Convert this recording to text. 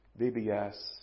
BBS